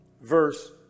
verse